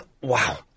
Wow